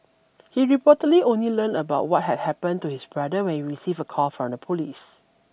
he reportedly only learned about what had happened to his brother when we received a call from the police